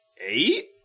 eight